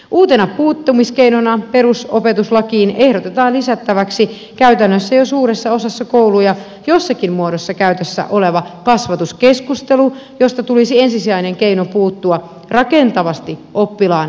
uutena puuttumiskeinona perusopetuslakiin ehdotetaan lisättäväksi käytännössä jo suuressa osassa kouluja jossakin muodossa käytössä oleva kasvatuskeskustelu josta tulisi ensisijainen keino puuttua rakentavasti oppilaan moitittavaan käyttäytymiseen